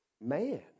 man